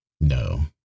No